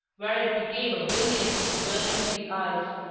where it became a brilliancy burning to the eyes.